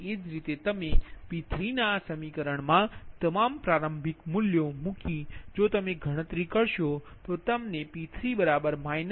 એ જ રીતે તમે P3 ના આ સમીકરણમાં તમામ પ્રારંભિક મુલ્યો મૂકી જો તમે ગણતરી કરશો તો તમને P3 0